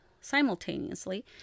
simultaneously